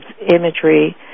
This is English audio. imagery